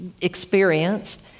experienced